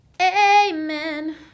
Amen